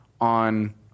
on